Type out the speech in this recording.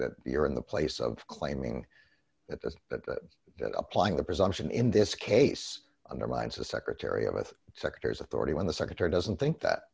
that you're in the place of claiming that that applying the presumption in this case undermines the secretary of of sectors authority when the secretary doesn't think that